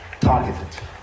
targeted